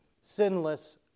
sinless